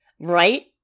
Right